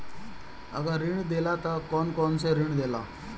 अगर ऋण देला त कौन कौन से ऋण देला?